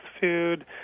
food